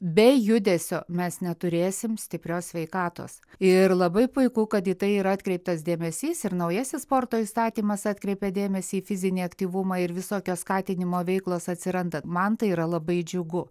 be judesio mes neturėsim stiprios sveikatos ir labai puiku kad į tai yra atkreiptas dėmesys ir naujasis sporto įstatymas atkreipė dėmesį į fizinį aktyvumą ir visokios skatinimo veiklos atsiranda man tai yra labai džiugu